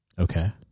Okay